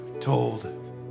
told